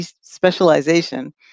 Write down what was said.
specialization